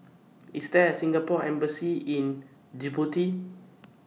IS There A Singapore Embassy in Djibouti